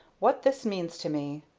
what this means to me.